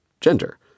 gender